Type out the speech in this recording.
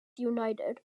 united